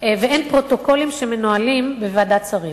ואין פרוטוקולים שמנוהלים בוועדת שרים.